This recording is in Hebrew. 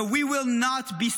But we will not be silent.